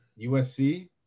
USC